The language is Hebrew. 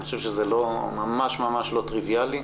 אני חושב שזה ממש ממש לא טריביאלי.